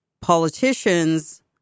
politicians